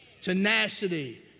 tenacity